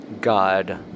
God